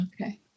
Okay